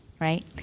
right